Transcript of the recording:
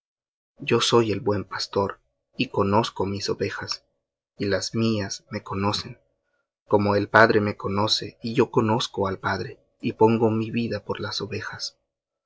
yo soy el buen pastor y conozco mis y las mías me conocen como el padre me conoce y yo conozco al padre y pongo mi vida por las ovejas